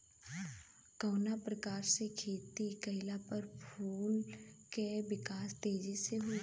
कवना प्रकार से खेती कइला पर फूल के विकास तेजी से होयी?